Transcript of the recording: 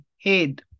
head